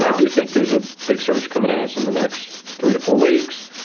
um do think there's a big surge coming at us in the next three to four weeks,